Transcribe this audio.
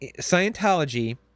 Scientology